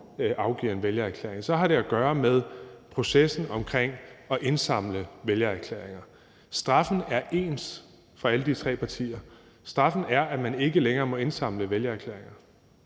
afgiver en vælgererklæring, har det at gøre med processen omkring at indsamle vælgererklæringer. Straffen er den samme for alle de tre partier. Straffen er, at man ikke længere må indsamle vælgererklæringer,